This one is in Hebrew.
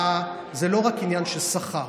זה לא רק עניין של שכר,